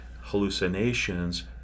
hallucinations